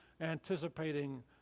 anticipating